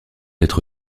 être